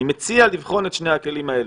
אני מציע לבחון את שני הכלים האלה.